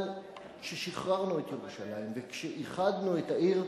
אבל כששחררנו את ירושלים וכשאיחדנו את העיר,